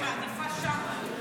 אני מעדיפה שם.